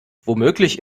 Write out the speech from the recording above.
womöglich